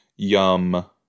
Yum